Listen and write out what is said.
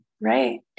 right